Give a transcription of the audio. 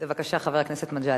בבקשה, חבר הכנסת מג'אדלה.